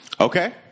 Okay